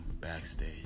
backstage